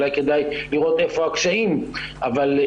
אולי